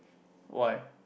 why